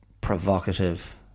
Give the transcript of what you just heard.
provocative